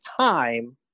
time